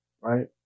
right